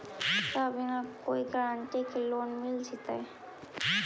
का बिना कोई गारंटी के लोन मिल जीईतै?